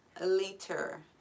liter